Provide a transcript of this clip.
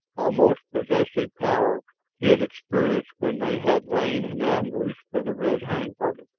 almost possessive power he had experienced when they had lain in ambush for the red hunting party.